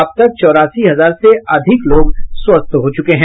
अब तक चौरासी हजार से अधिक लोग स्वस्थ हो चुके हैं